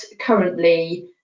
currently